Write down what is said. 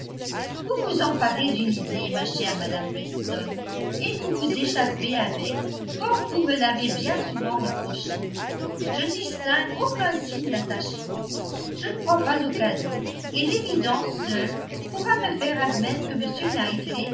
vous vous emparez d'une idée ma chère madame weston et vous vous échappez avec comme vous me l'avez bien souvent reproché je ne distingue aucun signe d'attachement je ne crois pas au cadeau et l'évidence seule pourra me faire admettre que